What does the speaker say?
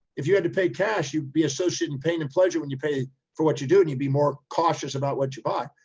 if you had to pay cash, you'd be associate the and pain and pleasure when you pay for what you do and you'd be more cautious about what you bought.